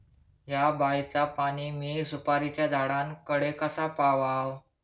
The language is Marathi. हया बायचा पाणी मी सुपारीच्या झाडान कडे कसा पावाव?